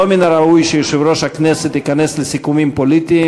לא מן הראוי שיושב-ראש הכנסת ייכנס לסיכומים פוליטיים